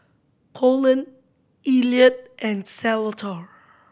Colon Elliot and Salvatore